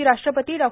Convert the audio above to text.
माजी राष्ट्रपती डॉ